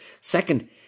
Second